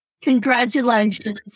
Congratulations